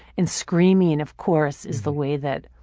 and screaming of course is the way that.